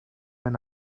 mynd